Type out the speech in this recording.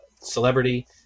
celebrity